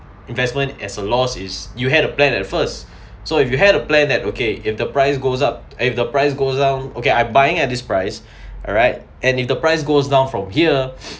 investment as a loss is you had a plan at first so if you had a plan that okay if the price goes up if the price goes down okay I'm buying at this price alright and if the price goes down from here